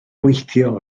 gweithio